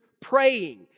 praying